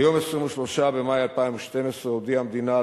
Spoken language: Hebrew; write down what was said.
ביום 23 במאי 2012 הודיעה המדינה,